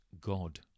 God